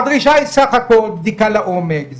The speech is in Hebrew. הדרישה היא סך הכול בדיקה לעומק,